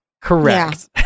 Correct